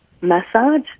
massage